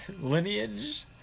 lineage